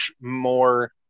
more